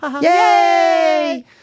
Yay